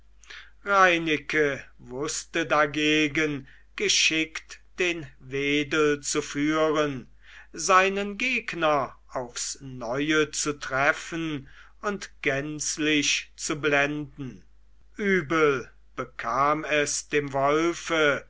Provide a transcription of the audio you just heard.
reineke wußte dagegen geschickt den wedel zu führen seinen gegner aufs neue zu treffen und gänzlich zu blenden übel bekam es dem wolfe